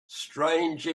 strange